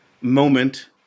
moment